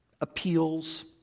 appeals